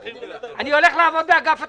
אני הולך לעבוד אצלך באגף התקציבים,